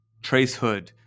tracehood